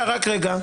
רק רגע.